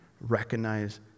Recognize